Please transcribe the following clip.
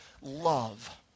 love